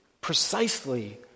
precisely